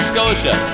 Scotia